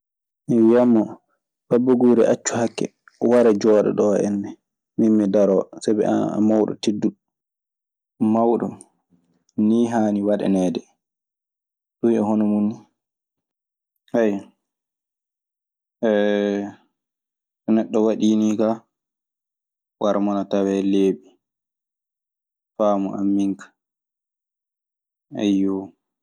Mi wiyan mo "Abba guuri, acca hakke, wara jooɗo ɗoo enne. Miin mi daroo, sabi an a mawɗo tedduɗo.". Mawɗo nii haani waɗaaneede. Ɗun e hono mun nii. So neɗɗo waɗii nii ka warma na tawee leeɓi, faamun min ka. Ayyoo.